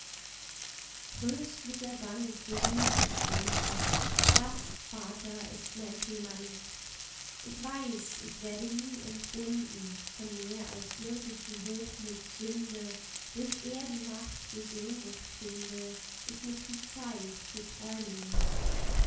tröstlicher sang für mußestunden das vater ist mein thema nicht ich weiß ich werde nie entbunden von mehr als irdischen hochmuts sünde durch erdenmacht für sehnsucht finde ich nicht die zeit für träumen nicht